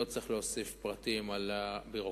לא צריך להוסיף פרטים על הביורוקרטיה.